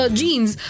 jeans